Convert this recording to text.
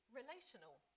relational